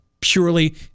purely